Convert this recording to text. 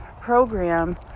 program